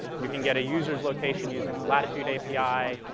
you can get a user's location using the latitude api,